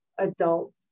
adults